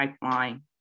pipeline